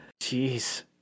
jeez